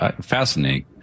fascinating